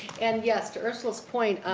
and, yes, to ursula's point,